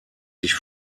sich